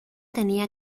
tenía